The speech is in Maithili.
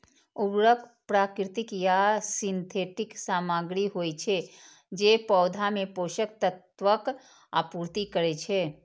उर्वरक प्राकृतिक या सिंथेटिक सामग्री होइ छै, जे पौधा मे पोषक तत्वक आपूर्ति करै छै